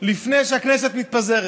לפני שהכנסת מתפזרת.